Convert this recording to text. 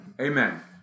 amen